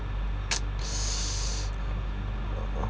uh uh